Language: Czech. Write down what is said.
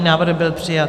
Návrh byl přijat.